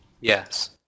Yes